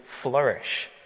flourish